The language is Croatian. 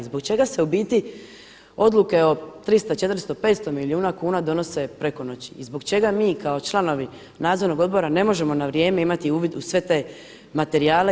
Zbog čega se u biti odluke o 300, 400, 500 milijuna kuna donose preko noći i zbog čega mi kao članovi Nadzornog odbora ne možemo na vrijeme imati uvid u sve te materijale.